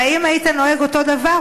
האם היית נוהג אותו דבר,